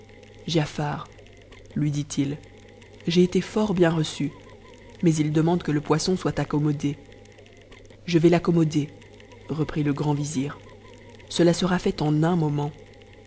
giafar lui dit ij j j été fort bien reçu mais ils demandent que le poisson soit accommode je vais l'accommoder reprit le grand vizir cela sera fait en un moment